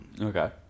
Okay